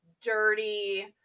dirty